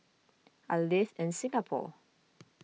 I live in Singapore